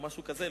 משהו כזה,